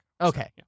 Okay